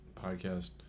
podcast